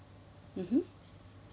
mmhmm